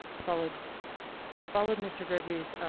followed followed mr. gregory's